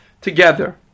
together